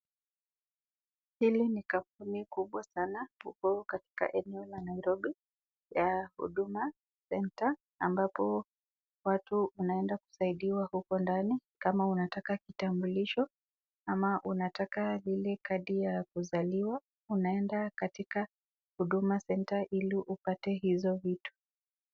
Hili ni kampuni kubwa sana, upo katika eneo la Nairobi, ya Huduma Center ambapo watu wanaenda kusaidiwa huko ndani kama unataka kitambulisho, ama unataka ile kadi ya kuzaliwa, unaenda katika Huduma Center ili upate hizo vitu.